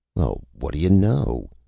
well, what do you know,